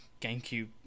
gamecube